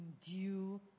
due